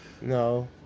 No